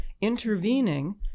intervening